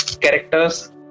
characters